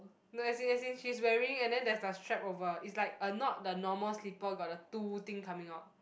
no as in as in she's wearing and then there's like strap over is like uh not the normal slipper got the two thing coming out